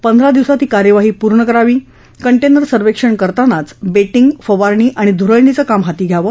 पंधरा दिवसात ही कार्यवाही पूर्ण करावी कटेनर सर्वेक्षण करतानाच बेटिंग फवारणी आणि ध्रळणीच काम हाती घ्यावं